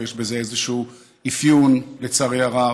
ויש בזה איזשהו אפיון, לצערי רב,